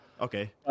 Okay